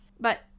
But